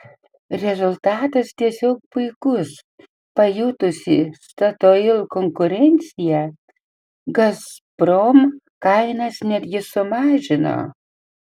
rezultatas tiesiog puikus pajutusi statoil konkurenciją gazprom kainas netgi sumažino